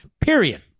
period